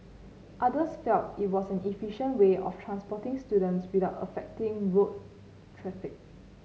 others felt it was an efficient way of transporting students without affecting road traffic